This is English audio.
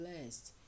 blessed